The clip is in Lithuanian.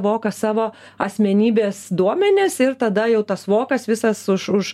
voką savo asmenybės duomenis ir tada jau tas vokas visas už už